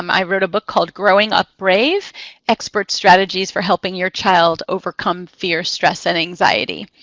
um i wrote a book called growing up brave expert strategies for helping your child overcome fear, stress, and anxiety.